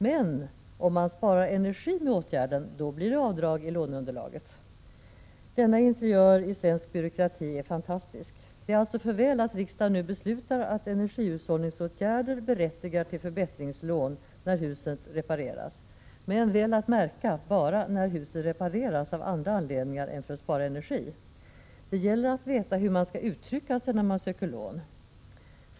Men om man sparar energi med åtgärden, då blir det avdrag i låneunderlaget. Denna interiör i svensk byråkrati är fantastisk! Det är alltså för väl att riksdagen nu beslutar att energihushållningsåtgärder berättigar till förbättringslån när huset repareras — men, väl att märka, bara när huset repareras av andra anledningar än för att spara energi. Det gäller att veta hur man skall uttrycka sig när man söker lån.